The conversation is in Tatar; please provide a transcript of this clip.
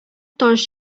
таш